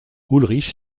ulrich